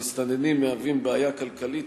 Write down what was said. המסתננים מהווים בעיה כלכלית,